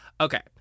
Okay